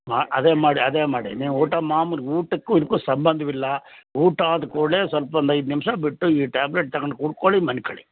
ಮ್ ಹಾಂ ಅದೇ ಮಾಡಿ ಅದೇ ಮಾಡಿ ನೀವು ಊಟ ಮಾಮೂಲಿ ಊಟಕ್ಕೂ ಇದಕ್ಕು ಸಂಬಂಧವಿಲ್ಲ ಊಟ ಆದ ಕೂಡ್ಲೆ ಸ್ವಲ್ಪ ಒಂದು ಐದು ನಿಮಿಷ ಬಿಟ್ಟು ಈ ಟ್ಯಾಬ್ಲೆಟ್ ತಗೊಂಡು ಕುಡ್ಕೊಳ್ಳಿ ಮಲ್ಕಳಿ